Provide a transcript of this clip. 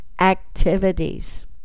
activities